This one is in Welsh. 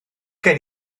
gen